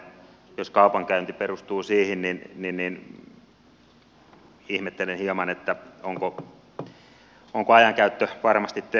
jos kaupankäynti perustuu siihen niin ihmettelen hieman onko ajankäyttö varmasti tehokasta